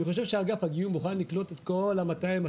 אני חושב שאגף הגיור מוכן לקלוט את כל ה-200,000,